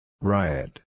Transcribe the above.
Riot